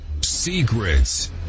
Secrets